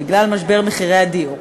בגלל משבר מחירי הדיור.